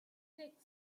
six